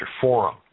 Forum